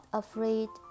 afraid